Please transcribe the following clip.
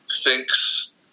thinks